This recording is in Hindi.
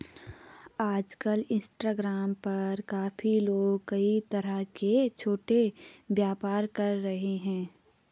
आजकल इंस्टाग्राम पर काफी लोग कई तरह के छोटे व्यापार कर रहे हैं